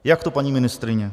Jak to, paní ministryně?